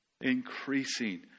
increasing